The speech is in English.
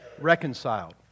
reconciled